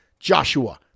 Joshua